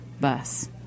bus